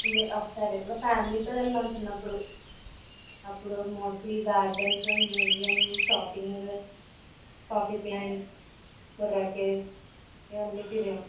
ఒకసారి ఎప్పుడో ఫ్యామిలీతో వెళ్ళాం చిన్నప్పుడు అప్పుడు mostly gardens museum shopping coffee plants Borra caves ఇవన్నీ తిరిగాం